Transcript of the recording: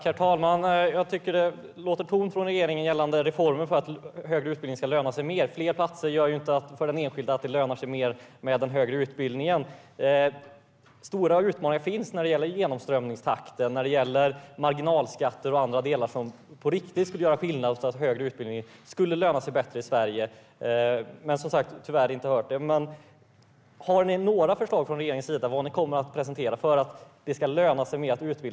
Herr talman! Jag tycker att det låter tomt från regeringen gällande reformen för att högre utbildning ska löna sig mer. Fler platser gör ju inte att högre utbildning lönar sig mer för den enskilde. Stora utmaningar finns när det gäller genomströmningstakten, marginalskatter och andra delar som på riktigt skulle göra skillnad för att högre utbildning skulle löna sig bättre i Sverige. Jag har som sagt tyvärr inte hört något om det. Har ni några förslag från regeringens sida om vad ni kommer att presentera för att det ska löna sig mer att utbilda sig?